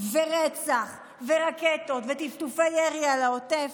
רצח ורקטות וטפטופי ירי על העוטף,